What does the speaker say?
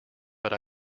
but